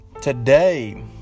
today